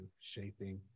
shaping